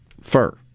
fur